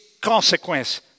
consequence